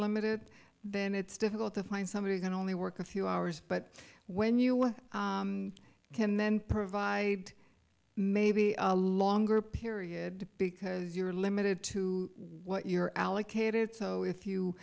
limited then it's difficult to find somebody going to only work a few hours but when you with can then provide maybe a longer period because you're limited to what you're allocated so if you